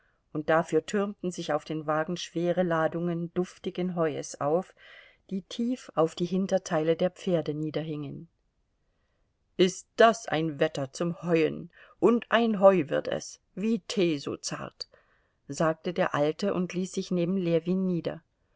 und dafür türmten sich auf den wagen schwere ladungen duftigen heues auf die tief auf die hinterteile der pferde niederhingen ist das ein wetter zum heuen und ein heu wird es wie tee so zart sagte der alte und ließ sich neben ljewin nieder